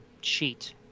cheat